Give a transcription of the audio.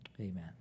amen